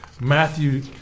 Matthew